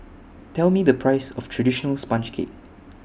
Tell Me The Price of Traditional Sponge Cake